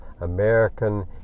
American